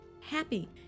happy